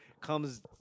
comes